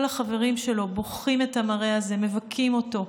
כל החברים שלו בוכים על המראה הזה, מבכים אותו,